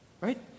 Right